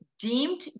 Deemed